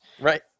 right